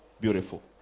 Beautiful